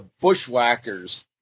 bushwhackers